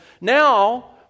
now